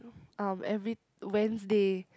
um every Wednesday